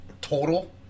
total